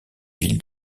villes